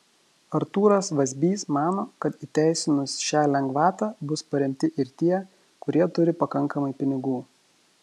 artūras vazbys mano kad įteisinus šią lengvatą bus paremti ir tie kurie turi pakankamai pinigų